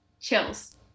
chills